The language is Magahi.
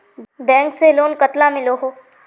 बैंक से लोन कतला मिलोहो?